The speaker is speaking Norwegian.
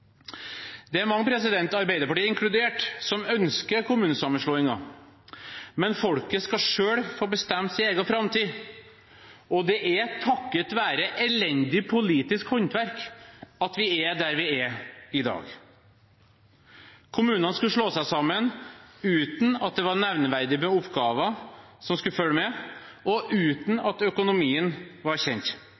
Det er mange, Arbeiderpartiet inkludert, som ønsker kommunesammenslåinger. Men folket skal selv få bestemme sin egen framtid. Og det er takket være elendig politisk håndverk at vi er der vi er i dag. Kommunene skulle slå seg sammen uten at det var nevneverdig med oppgaver som skulle følge med, og uten at økonomien var kjent.